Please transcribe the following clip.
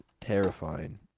terrifying